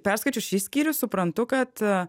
perskaičius šį skyrių suprantu kad